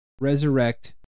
resurrect